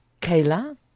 Kayla